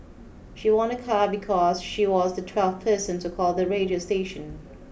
she won a car because she was the twelfth person to call the radio station